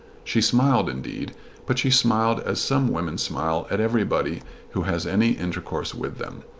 she smiled indeed but she smiled as some women smile at everybody who has any intercourse with them.